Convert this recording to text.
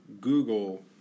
Google